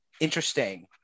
interesting